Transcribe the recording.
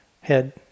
head